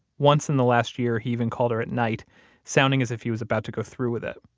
once in the last year, he even called her at night sounding as if he was about to go through with it.